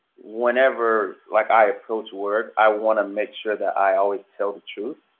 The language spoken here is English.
whenever, like i approach work, i wanna make sure that i always tell the truth.